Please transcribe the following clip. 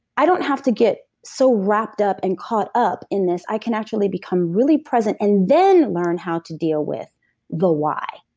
i don't have to get so wrapped up and caught up in this. i can actually become really present, and then learn how to deal with the why.